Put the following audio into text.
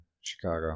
Chicago